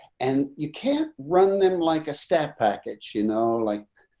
and you can't run them like a step package. you know, like,